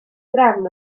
drefn